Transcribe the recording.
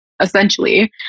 Essentially